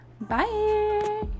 Bye